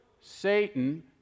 Satan